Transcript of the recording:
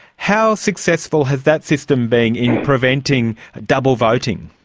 how successful has that system been in preventing double voting?